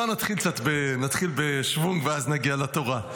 בוא נתחיל בשוונג, ואז נגיע לתורה.